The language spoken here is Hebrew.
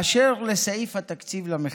באשר לסעיף התקציבי למחקר,